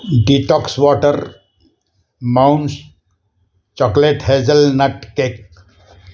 detox water mounts chocolate hazelnut cake